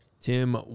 Tim